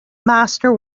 master